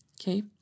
Okay